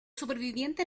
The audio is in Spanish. supervivientes